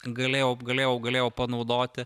galėjau galėjau galėjau panaudoti